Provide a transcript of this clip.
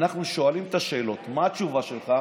אנחנו שואלים את השאלות, מה התשובה שלך?